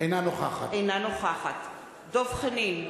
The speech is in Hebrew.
אינה נוכחת דב חנין,